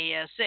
ASA